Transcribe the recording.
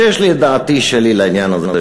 שיש לי דעתי שלי לעניין הזה,